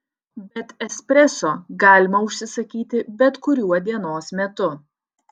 bet espreso galima užsisakyti bet kuriuo dienos metu